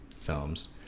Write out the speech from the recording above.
films